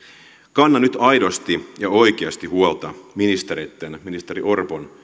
kannan nyt aidosti ja oikeasti huolta ministereitten ministeri orpon